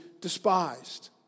despised